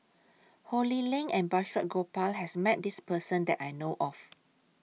Ho Lee Ling and Balraj Gopal has Met This Person that I know of